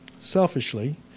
selfishly